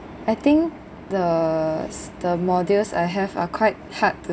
I think the the modules I have are quite hard to